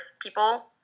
people